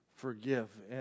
Forgive